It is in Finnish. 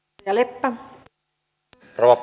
rouva puhemies